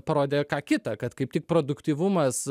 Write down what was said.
parodė ką kita kad kaip tik produktyvumas